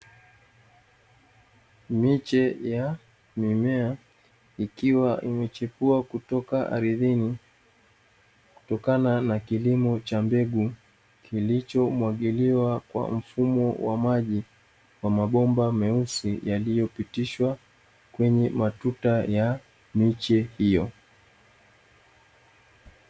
Miche ya mimea ikiwa imechipua kutoka ardhini, kutokana na kilimo cha mbegu kilichomwagiliwa kwa mfumo wa maji wa mabomba meusi yaliyopitishwa kwenye matuta ya miche hiyo.